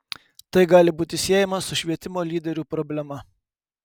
tai gali būti siejama su švietimo lyderių problema